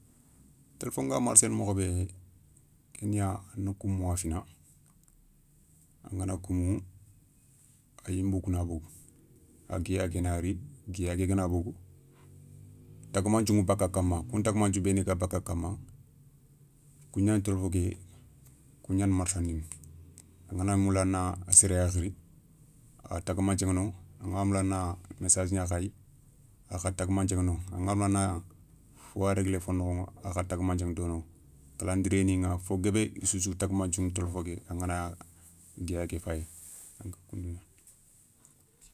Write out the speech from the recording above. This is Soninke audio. Téléfo nga marsséné mokho bé ké niya a na koumouwa fina, angana koumou, a yinbou kouna bogou. a guiya ké na ri, guiya ké gana bogou, tagoumanthiou ηa bakka kamma, kou ntagoumanthiou bénou ga bakka kamma, kou gnaani télfo ké, kou gnana marssandini. Angana gna moula a na séré ya khiri, a tagoumanthié ηa no, anga moula a na messazi gna khayi a kha tagoumanthié ηa noηa. Anga moula a na fowa réglé fonokhoηa a kha tagoumanthié ηa donoηa. Calendrier ni ηa fo guébé, issoussou tagoumanthiou ηa télfoké, angana guiya ké fayi donko koundougnani.